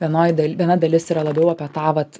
vienoj dal viena dalis yra labiau apie tą vat